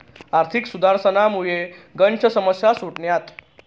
आर्थिक सुधारसनामुये गनच समस्या सुटण्यात